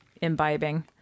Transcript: imbibing